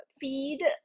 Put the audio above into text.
feed